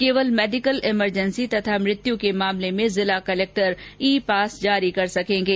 केवल medical emergency तथा मृत्यु के मामलों में जिला कलेक्टर ई पास जारी कर सकेंगे